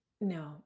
no